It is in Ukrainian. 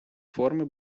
форми